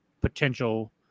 potential